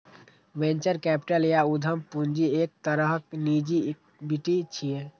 venture capital या उद्यम पूंजी एक तरहक निजी इक्विटी छियै